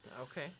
Okay